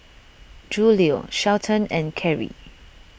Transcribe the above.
Julio Shelton and Carey